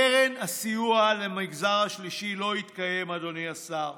קרן הסיוע למגזר השלישי לא התקיימה, אדוני השר.